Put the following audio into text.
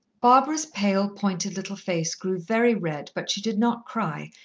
barbara's pale, pointed little face grew very red, but she did not cry,